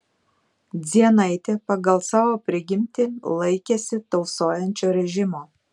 dzienaitė pagal savo prigimtį laikėsi tausojančio režimo